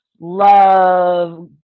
love